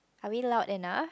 are we loud enough